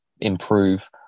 improve